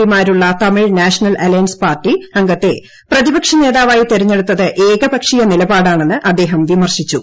പിമാരുള്ള Tamil National Alliance party അംഗത്തെ പ്രതിപക്ഷ നേതാവായി തെരഞ്ഞെടുത്തത് ഏകപക്ഷീയ നിലപാടാണെന്ന് അദ്ദേഹം വിമർശിച്ചു